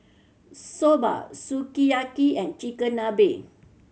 Soba Sukiyaki and Chigenabe